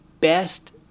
best